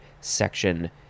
section